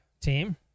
team